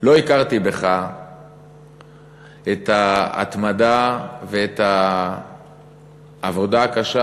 לא הכרתי בך את ההתמדה ואת העבודה הקשה